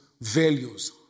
values